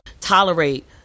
tolerate